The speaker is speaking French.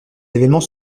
événements